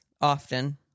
often